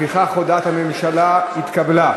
לפיכך, הודעת הממשלה התקבלה.